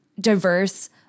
diverse